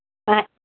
हा